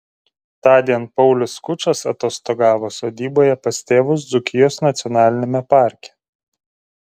tądien paulius skučas atostogavo sodyboje pas tėvus dzūkijos nacionaliniame parke